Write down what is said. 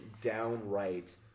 downright